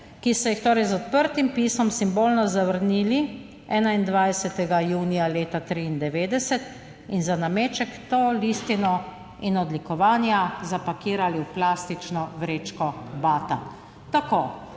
ki so jih torej z odprtim pismom simbolno zavrnili 21. junija leta 1993 in za nameček to listino in odlikovanja zapakirali v plastično vrečko Bata. Tako.